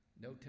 No